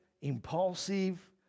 impulsive